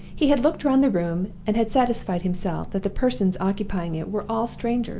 he had looked round the room, and had satisfied himself that the persons occupying it were all strangers,